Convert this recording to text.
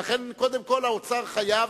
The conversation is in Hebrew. לכן קודם כול האוצר חייב,